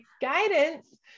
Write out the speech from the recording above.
guidance